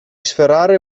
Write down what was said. sferrare